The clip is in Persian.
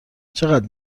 چقدر